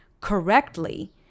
correctly